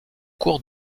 cours